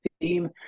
theme